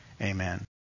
Amen